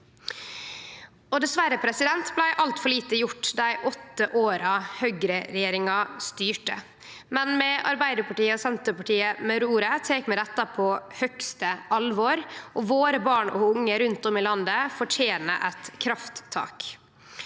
Dessverre blei altfor lite gjort dei åtte åra høgreregjeringa styrte, men med Arbeidarpartiet og Senterpartiet ved roret tek vi dette på høgste alvor, og våre barn og unge rundt om i landet fortener eit krafttak.